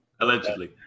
allegedly